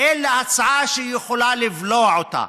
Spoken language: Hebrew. אלא הצעה שהיא יכולה לבלוע אותה,